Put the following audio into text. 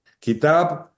Kitab